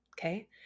Okay